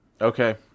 Okay